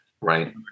right